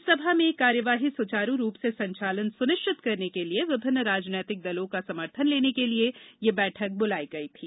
राज्यसभा में कार्यवाही सुचारू रूप से संचालन सुनिश्चित करने के लिए विभिन्न राजनीतिक दलों का समर्थन लेने के लिए यह बैठक बुलाई गई थी